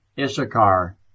Issachar